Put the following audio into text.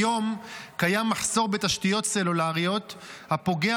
כיום קיים מחסור בתשתיות סלולריות הפוגע